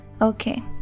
okay